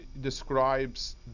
describes